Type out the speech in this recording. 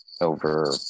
over